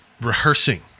rehearsing